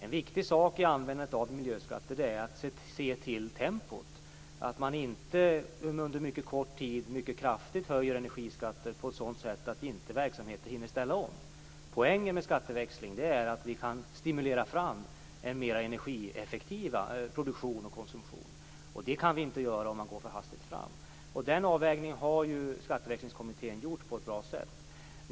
En viktig sak vid användandet av miljöskatter är att se till tempot. Man skall inte under en mycket kort tid mycket kraftigt höja energiskatterna på ett sådant sätt att verksamheten inte hinner ställa om. Poängen med skatteväxling är att man kan stimulera fram en mer energieffektiv produktion och konsumtion, och det kan man inte göra om man går för hastigt fram. Denna avvägning har Skatteväxlingskommittén gjort på ett bra sätt.